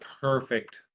perfect